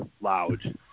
loud